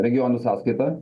regionų sąskaita